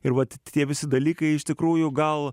ir vat tie visi dalykai iš tikrųjų gal